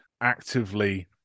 actively